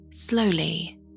slowly